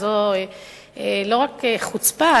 וזו לא רק חוצפה,